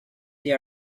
they